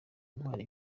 intwari